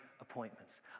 appointments